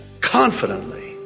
Confidently